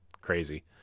crazy